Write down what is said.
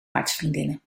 hartsvriendinnen